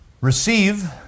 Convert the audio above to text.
receive